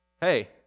Hey